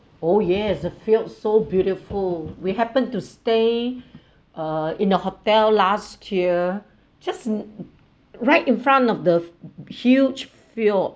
oh yes the fjord so beautiful we happen to stay uh in the hotel last year just right in front of the huge fjord